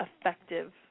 effective